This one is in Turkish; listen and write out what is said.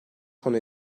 konu